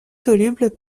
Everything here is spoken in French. solubles